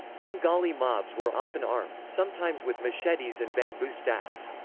bengali mobs were often armed, sometimes with machetes and bamboo staffs.